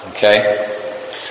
Okay